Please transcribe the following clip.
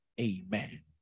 Amen